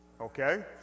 Okay